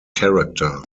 character